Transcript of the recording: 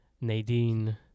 nadine